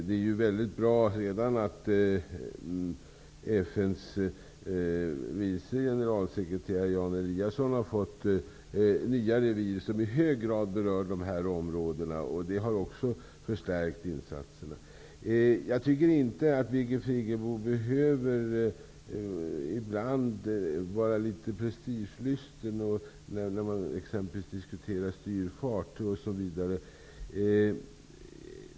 Det är mycket bra att FN:s vice generalsekreterare Jan Eliasson redan har fått nya revir, som i hög grad berör de här områdena. Det har också förstärkt insatserna. Jag tycker inte att Birgit Friggebo behöver vara prestigelysten, som hon är ibland, exempelvis när vi diskuterar styrfart.